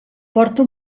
porta